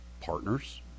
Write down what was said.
partners